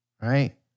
right